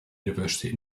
university